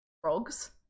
frogs